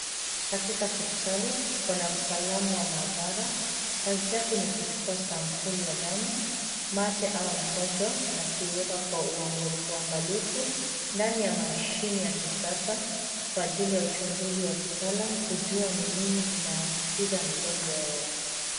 Katika hospitali tuko na mtaalamu wa maabara. Kazi yake ni kuchukua sampuli ya damu, mate au mkojo na kuuweka kwa uangalifu ndani ya mashini ya kisasa kwa ajili ya uchunguzi wa kitaalamu kujua ni nini inaambukiza mgonjwa wao.